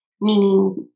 Meaning